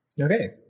Okay